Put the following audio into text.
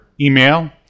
email